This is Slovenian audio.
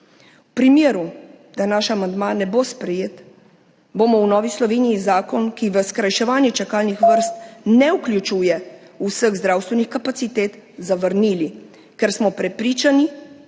v Sloveniji. Če naš amandma ne bo sprejet, bomo v Novi Sloveniji zakon, ki v skrajševanje čakalnih vrst ne vključuje vseh zdravstvenih kapacitet, zavrnili. Ker smo prepričani,